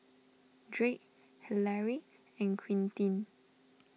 Drake Hilary and Quintin